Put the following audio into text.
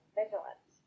vigilance